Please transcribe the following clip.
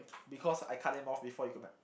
because I cut him off before he could